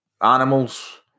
animals